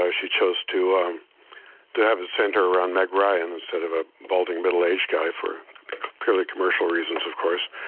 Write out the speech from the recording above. ah she chose to um to have a center on meg ryan, ah sort of a balding, middle aged guy for purely commercial reasons, of course